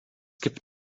gibt